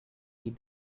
read